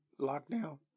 lockdown